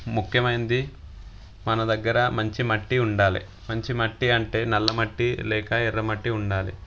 ముఖ్యమైనది మన దగ్గర మంచి మట్టి ఉండాలి మంచి మట్టి అంటే నల్ల మట్టి లేక ఎర్రమట్టి ఉండాలి